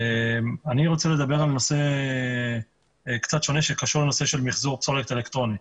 אני רוצה לדבר על נושא קצת שונה שקשור לנושא של מיחזור פסולת אלקטרונית.